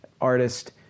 artist